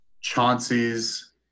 Chauncey's